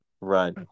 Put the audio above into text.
Right